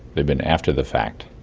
they've been after the fact.